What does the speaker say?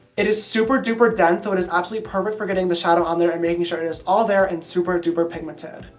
it is super duper dense so it is absolutely perfect for getting the shadow on there and making sure it is all there and super duper pigmented.